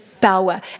power